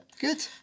Good